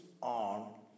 on